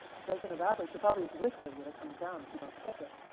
it doesn't evaporate, so probably it's liquid when it comes down if you don't flick it.